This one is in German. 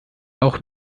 auch